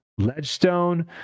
ledgestone